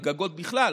על גגות בכלל,